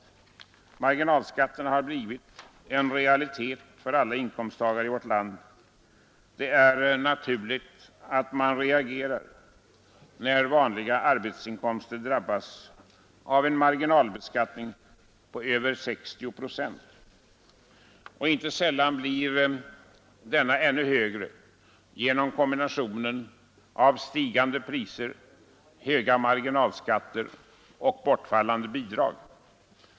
De höga marginalskatterna har blivit en realitet för alla inkomsttagare i vårt land. Det är naturligt att man reagerar när vanliga arbetsinkomster drabbas av en marginalbeskattning på över 60 procent. Inte sällan blir marginaleffekten ännu högre genom kombinationen av stigande priser, höga marginalskatter och bortfallande bidrag.